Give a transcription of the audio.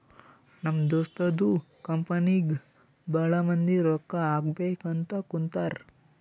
ನಮ್ ದೋಸ್ತದು ಕಂಪನಿಗ್ ಭಾಳ ಮಂದಿ ರೊಕ್ಕಾ ಹಾಕಬೇಕ್ ಅಂತ್ ಕುಂತಾರ್